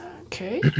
Okay